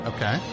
Okay